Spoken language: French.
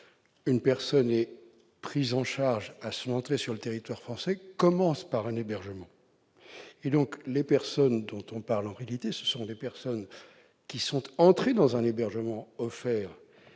une personne est prise en charge à son entrée sur le territoire français commence par un hébergement. En sorte que les personnes dont nous parlons sont des personnes qui, après être entrées dans un hébergement offert